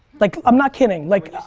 like, i'm not kidding, like.